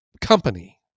company